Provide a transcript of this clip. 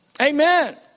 Amen